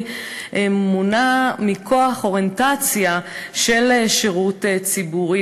מונע מכוח אוריינטציה של שירות ציבורי,